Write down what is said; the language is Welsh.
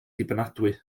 dibynadwy